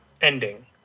ending